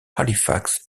halifax